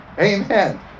amen